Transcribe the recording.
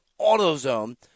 AutoZone